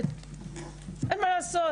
אין מה לעשות,